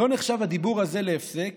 לא נחשב הדיבור להפסק